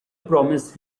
promised